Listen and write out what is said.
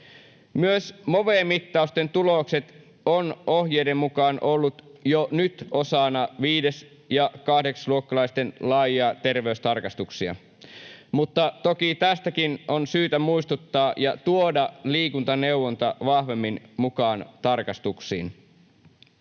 Myös Move-mittausten tulokset ovat ohjeiden mukaan olleet jo nyt osana viides- ja kahdeksasluokkalaisten laajoja terveystarkastuksia, mutta toki tästäkin on syytä muistuttaa ja tuoda liikuntaneuvonta vahvemmin mukaan tarkastuksiin.